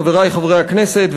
חברי חברי הכנסת,